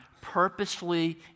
purposefully